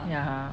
ya